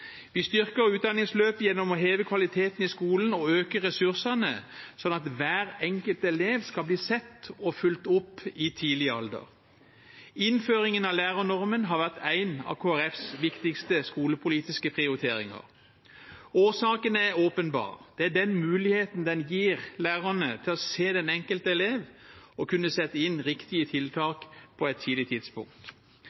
Vi styrker utdanningsløpet gjennom å heve kvaliteten i skolen og øke ressursene, slik at hver enkelt elev skal bli sett og fulgt opp i tidlig alder. Innføringen av lærernormen har vært en av Kristelig Folkepartis viktigste skolepolitiske prioriteringer. Årsaken er åpenbar: Det er muligheten den gir lærerne til å se den enkelte elev og kunne sette inn riktige